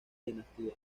dinastía